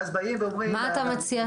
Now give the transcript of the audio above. ואז באים ואומרים --- מה אתה מציע,